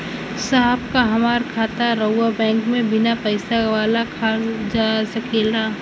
साहब का हमार खाता राऊर बैंक में बीना पैसा वाला खुल जा सकेला?